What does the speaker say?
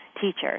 teachers